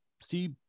see